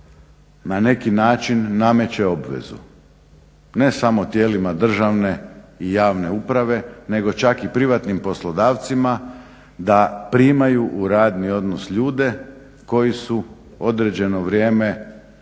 na neki način nameće obvezu ne samo tijelima državne i javne uprave nego čak i privatnim poslodavcima da primaju u radni odnos ljude koji su odrđeno vrijeme